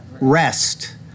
rest